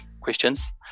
questions